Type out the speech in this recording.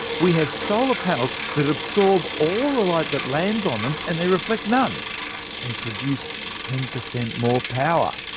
we have solar panels that absorb all the light that lands on them, and they reflect none and produce ten per cent more power.